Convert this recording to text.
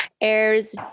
airs